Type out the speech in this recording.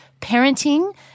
parenting